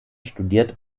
studiert